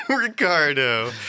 Ricardo